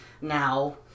now